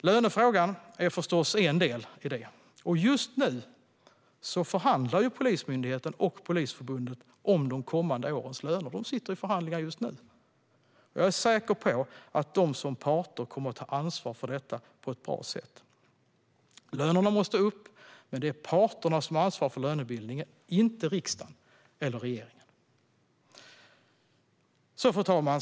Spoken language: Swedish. Lönefrågan är förstås en del i detta, och just nu sitter Polismyndigheten och Polisförbundet i förhandlingar om de kommande årens löner. Jag är säker på att de som parter kommer att ta ansvar för detta på ett bra sätt. Lönerna måste upp, men det är parterna som ansvarar för lönebildningen, inte riksdagen eller regeringen. Fru talman!